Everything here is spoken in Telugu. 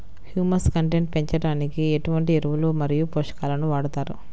హ్యూమస్ కంటెంట్ పెంచడానికి ఎటువంటి ఎరువులు మరియు పోషకాలను వాడతారు?